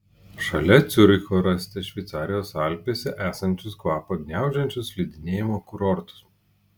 šalia ciuricho rasite šveicarijos alpėse esančius kvapą gniaužiančius slidinėjimo kurortus